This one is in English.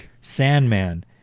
Sandman